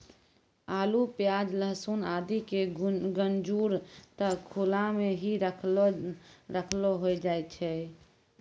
आलू, प्याज, लहसून आदि के गजूर त खुला मॅ हीं रखलो रखलो होय जाय छै